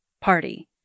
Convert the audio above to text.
party